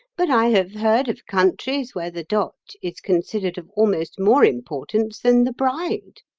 but i have heard of countries where the dot is considered of almost more importance than the bride.